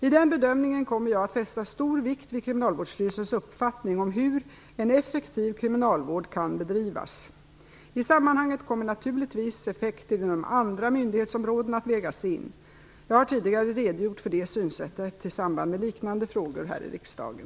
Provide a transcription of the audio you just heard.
I den bedömningen kommer jag att fästa stor vikt vid Kriminalvårdsstyrelsens uppfattning om hur en effektiv kriminalvård kan bedrivas. I sammanhanget kommer naturligtvis effekter inom andra myndighetsområden att vägas in. Jag har tidigare redogjort för detta synsätt i samband med liknande frågor här i riksdagen.